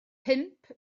pump